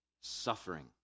suffering